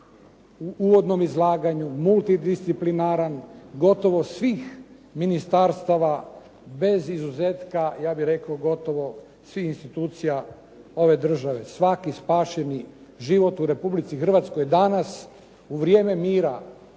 u uvodnom izlaganju multidisciplinaran gotovo svih ministarstava bez izuzetka ja bih rekao gotovo svih institucija ove države. Svaki spašeni život u Republici Hrvatskoj danas u vrijeme mira